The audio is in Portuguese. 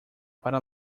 para